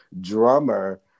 drummer